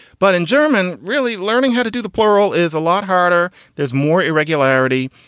but in german, really learning how to do the plural is a lot harder. there's more irregularity.